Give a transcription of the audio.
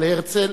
אבל הרצל